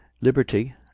LIBERTY